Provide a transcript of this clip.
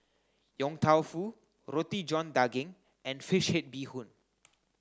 Yong Tau Foo Roti John Daging and fish head Bee Hoon